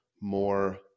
more